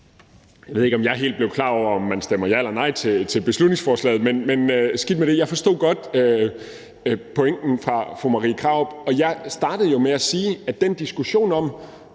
Jeg ved ikke, om jeg helt blev klar over, om man stemmer ja eller nej til beslutningsforslaget, men skidt med det. Jeg forstod godt pointen fra fru Marie Krarups side, og jeg startede jo med at sige, at den diskussion om,